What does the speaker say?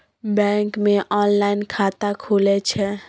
Bank मे online खाता खुले छै?